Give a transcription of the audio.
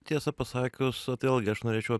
tiesą pasakius vat vėlgi aš norėčiau